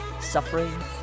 suffering